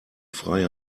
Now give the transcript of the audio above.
freie